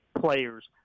players